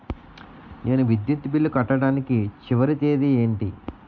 నేను విద్యుత్ బిల్లు కట్టడానికి చివరి తేదీ ఏంటి?